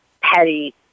petty